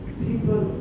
people